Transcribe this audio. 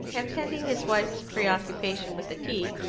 and pending his wife's pre-occupation with the tea,